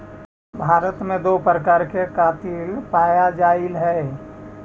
भारत में दो प्रकार कातिल पाया जाईल हई